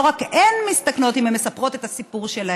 לא רק הן מסתכנות אם הן מספרות את הסיפור שלהן,